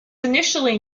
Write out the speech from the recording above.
initially